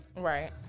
right